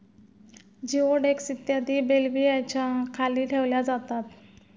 जिओडेक्स इत्यादी बेल्व्हियाच्या खाली ठेवल्या जातात